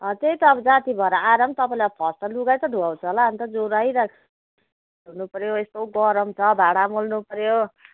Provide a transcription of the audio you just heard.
अँ त्यही त अब जाती भएर आएर पनि तपाईँले अब फर्स्ट त लुगै त धुवाउँछ होला अन्त ज्वरो आइरहेको छ धुनु पर्यो यस्तो गरम छ भाडा मोल्नु पर्यो